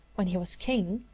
when he was king,